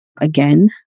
again